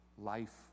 life